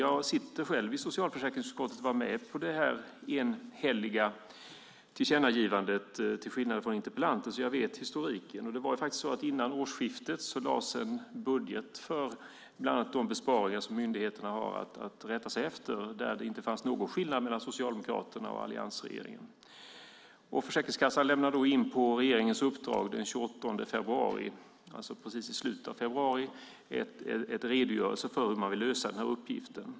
Jag sitter själv i socialförsäkringsutskottet och var till skillnad från interpellanten med på det enhälliga tillkännagivandet så jag vet historiken. Innan årsskiftet lades det fram en budget för bland annat de besparingar myndigheterna har att rätta sig efter där det inte fanns någon skillnad mellan Socialdemokraterna och alliansregeringen. Försäkringskassan lämnade då på regeringens uppdrag den 28 februari - alltså precis i slutet på februari - en redogörelse för hur man vill lösa uppgiften.